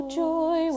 joy